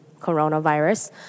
coronavirus